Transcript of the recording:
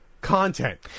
content